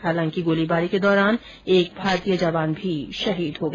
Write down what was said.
हालांकि गोलीबारी के दौरान एक भारतीय जवान भी शहीद हुआ